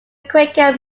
quaker